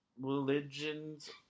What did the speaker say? religions